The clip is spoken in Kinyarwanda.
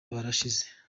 barashize